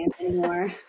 anymore